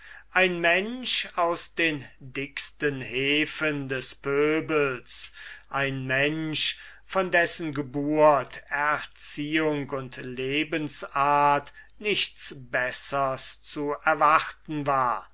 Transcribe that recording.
ein mensch aus den dicksten hefen des pöbels ein mensch von dessen geburt erziehung und lebensart nichts bessers zu erwarten war